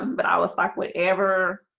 um but i was like, whatever